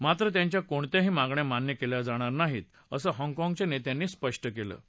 मात्र त्यांच्या कोणत्याही मागण्या मान्य केल्या जाणार नाहीत असं हाँगकाँगच्या नेत्यांनी स्पष्ट केलं आहे